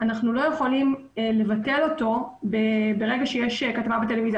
אנחנו לא יכולים לבטל אותו ברגע שיש כתבה בטלוויזיה.